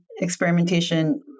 experimentation